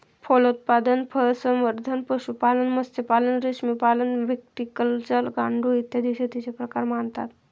फलोत्पादन, फळसंवर्धन, पशुपालन, मत्स्यपालन, रेशीमपालन, व्हिटिकल्चर, गांडूळ, इत्यादी शेतीचे प्रकार मानतात